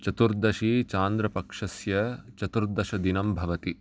चतुर्दशी चान्द्रपक्षस्य चतुर्दशदिनं भवति